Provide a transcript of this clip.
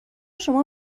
شما